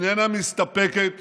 איננה מסתפקת